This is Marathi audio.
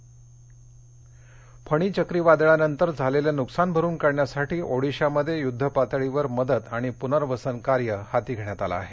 फणी फणी चक्रीवादळानंतर झालेलं नुकसान भरुन काढण्यासाठी ओडीशामध्ये युद्धपातळीवर मदत आणि प्नर्वसन कार्य हाती घेण्यात आलं आहे